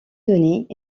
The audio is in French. denis